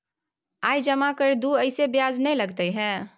आय जमा कर दू ऐसे ब्याज ने लगतै है?